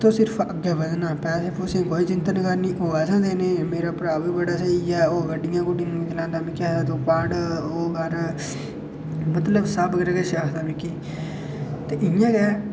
तोह् सिर्फ अग्गें बधना पैसे दी कोई चिंता निं करनी ओह् असें देने मेरा भ्राऽ बी बड़ा स्हेई ऐ ओह् गड्डियां चलांदा मिगी आखदा तू पढ़ ओह् कर मतलब सब किश आखदा मिगी ते इ'यां गै